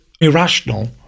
irrational